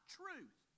truth